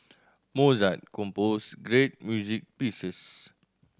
Mozart composed great music pieces